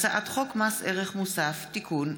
הצעת חוק הרשויות המקומיות (בחירות) (תיקון,